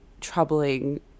troubling